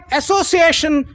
association